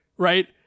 Right